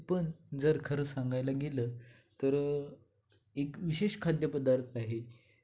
पण जर खरं सांगायला गेलं तरं एक विशेष खाद्यपदार्थ आहे